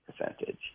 percentage